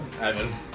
Evan